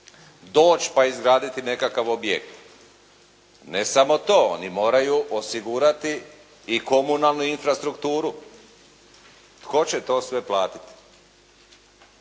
doći pa izgraditi nekakav objekt. Ne samo to, oni moraju osigurati i komunalnu infrastrukturu. Tko će to sve platiti?